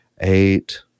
eight